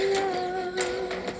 love